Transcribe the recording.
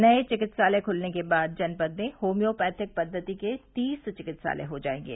नये चिकित्सालय खूलने के बाद जनपद में होम्योपैथिक पद्वति के तीस चिकित्सालय हो जायेंगे